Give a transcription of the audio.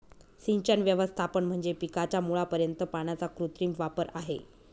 सिंचन व्यवस्थापन म्हणजे पिकाच्या मुळापर्यंत पाण्याचा कृत्रिम वापर आहे